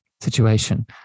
situation